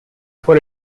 for